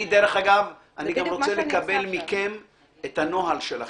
דרך אגב, אני גם רוצה לקבל מכם את הנוהל שלכם,